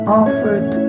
offered